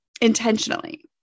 intentionally